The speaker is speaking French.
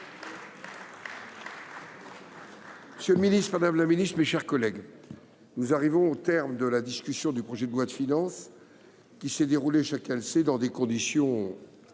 Madame la ministre, monsieur le ministre, mes chers collègues, nous arrivons donc au terme de la discussion du projet de loi de finances pour 2025, qui s’est déroulée, chacun le sait, dans des conditions